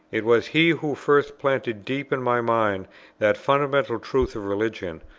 it was he who first planted deep in my mind that fundamental truth of religion.